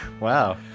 Wow